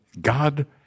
God